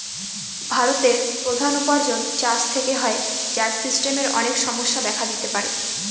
ভারতের প্রধান উপার্জন চাষ থেকে হয়, যার সিস্টেমের অনেক সমস্যা দেখা দিতে পারে